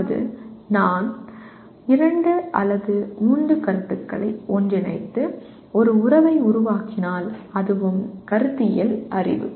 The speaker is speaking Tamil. அதாவது நான் இரண்டு அல்லது மூன்று கருத்துக்களை ஒன்றிணைத்து ஒரு உறவை உருவாக்கினால் அதுவும் கருத்தியல் அறிவு